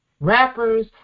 rappers